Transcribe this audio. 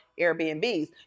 airbnbs